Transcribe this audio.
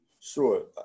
Sure